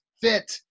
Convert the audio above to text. Fit